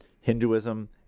Hinduism